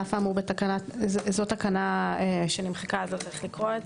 עכשיו זו תקנה שנמחקה אז לא צריך לקרוא.